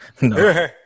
No